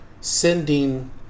sending